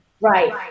right